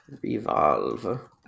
revolve